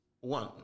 One